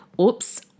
oops